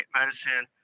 medicine